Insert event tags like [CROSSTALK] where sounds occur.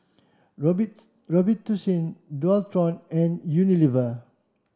[UNINTELLIGIBLE] Robitussin Dualtron and Unilever